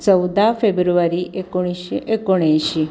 चौदा फेब्रुवारी एकोणीशे एकोणऐंशी